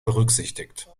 berücksichtigt